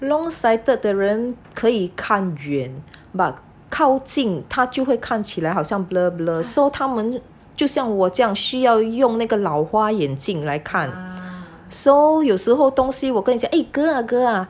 long sighted 的人可以看远 but 靠近它就会看起来好像 blur blur so 他们就像我这样需要用那个老花眼镜来看 so 有时候东西我跟你讲 eh girl ah girl ah